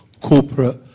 corporate